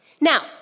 Now